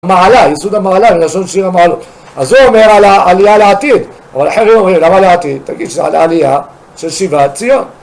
מעלה, ייסוד המעלה וראשון שיר המעלה אז זה אומר על העלייה לעתיד אבל אחרי הוא אומר על העלייה לעתיד, תגיד שזה על העלייה של שיבת ציון